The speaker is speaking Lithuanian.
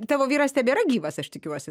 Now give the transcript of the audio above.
tavo vyras tebėra gyvas aš tikiuosi